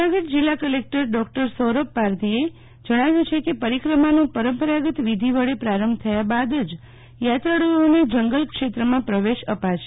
જૂનાગઢ જિલ્લા collector doctor Saurabh પારધીએ જણાવ્યું છે કે પરિક્રમાંનો પરંપરાગત વિધિ વડે પ્રારંભ થયા બાદ જ યાત્રાળુઓને જંગલ ક્ષેત્રમાં પ્રવેશ અપાશે